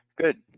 Good